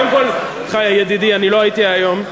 קודם כול, ידידי, אני לא הייתי היום,